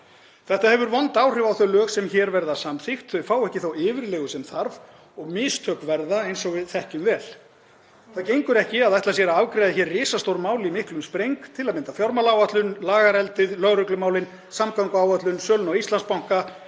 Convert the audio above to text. Þetta hefur vond áhrif á þau lög sem hér verða samþykkt. Þau fá ekki þá yfirlegu sem þarf og mistök verða, eins og við þekkjum vel. Það gengur ekki að ætla sér að afgreiða risastór mál í miklum spreng, til að mynda fjármálaáætlun, lagareldið, lögreglumálin, samgönguáætlun, söluna á Íslandsbanka,